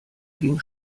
ging